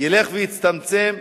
ילכו ויצטמצמו?